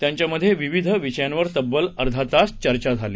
त्यांच्यामध्ये विविध विषयांवर तब्बल अर्धा तास चर्चा झाली